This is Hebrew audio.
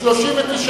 התש"ע 2010, נתקבל.